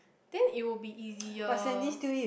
then it will be easier